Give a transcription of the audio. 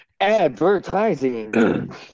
advertising